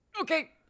Okay